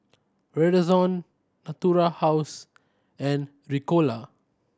Redoxon Natura House and Ricola